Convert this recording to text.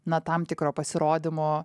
na tam tikro pasirodymo